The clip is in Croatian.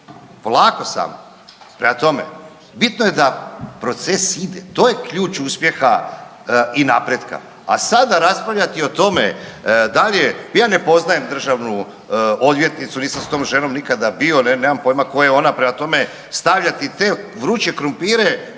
polako samo. Prema tome, bitno je da proces ide, to je ključ uspjeha i napretka, a sada raspravljati o tome da li je, ja ne poznajem državnu odvjetnicu, nisam s tom ženom nikada bio, nemam pojma ko je ona, prema tome stavljati te vruće krumpire